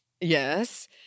Yes